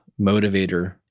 motivator